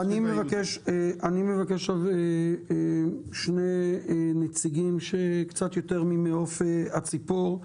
אני מבקש עכשיו שני נציגים שקצת יותר ממעוף הציפור.